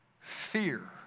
fear